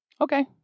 Okay